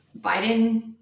Biden